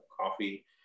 coffee